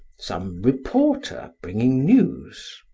some reporter bringing news.